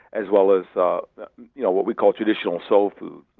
as well as ah you know what we call traditional soul food.